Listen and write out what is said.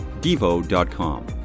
devo.com